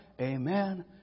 Amen